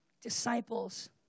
disciples